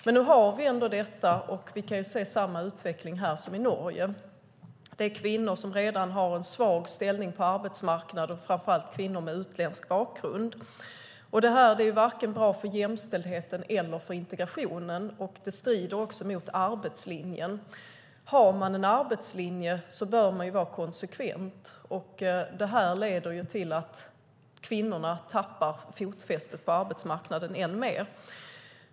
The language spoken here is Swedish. Men nu har vi ändå detta, och vi kan se samma utveckling här som i Norge. Det är kvinnor som redan har en svag ställning på arbetsmarknaden och framför allt kvinnor med utländsk bakgrund som får vårdnadsbidrag. Detta är inte bra vare sig för jämställdheten eller för integrationen. Det strider också mot arbetslinjen. Har man en arbetslinje bör man vara konsekvent. Detta leder till att kvinnorna tappar fotfästet på arbetsmarknaden än mer.